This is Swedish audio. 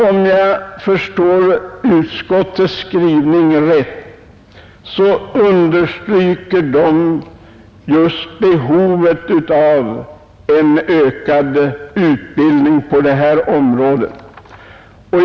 Om jag förstår utskottets skrivning rätt understryker utskottet just behovet av en ökad utbildning på detta område.